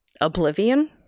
oblivion